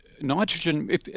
nitrogen